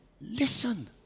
Listen